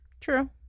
True